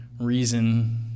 reason